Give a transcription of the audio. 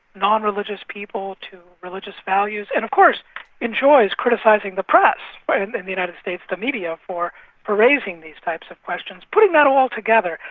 non-religious people to religious values, and of course enjoys criticising the press but and in the united states, the media, for ah raising these types of questions. putting that all all together,